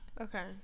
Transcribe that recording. Okay